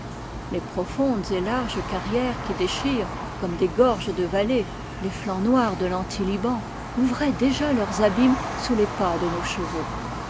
les profondes et larges carrières qui déchirent comme des gorges de vallées les flancs noirs de lanti liban ouvraient déjà leurs abîmes sous les pas de nos chevaux